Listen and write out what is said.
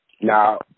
Now